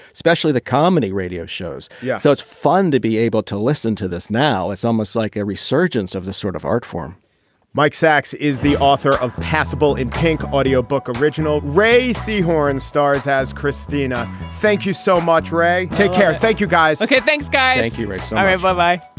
especially the comedy radio shows. yeah. so it's fun to be able to listen to this now. it's almost like a resurgence of the sort of art form mike sacks is the author of pozible in pink audio book original racy horn stars as christina. thank you so much, ray. take care. thank you, guys. okay. thanks, guy. thank you. all so right. ah bye